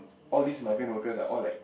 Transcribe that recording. all these migrant workers were all like